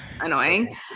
annoying